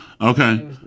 Okay